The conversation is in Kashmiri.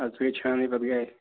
اَدٕ سۄ گٔے چھانٕنۍ پَتہٕ گَرِ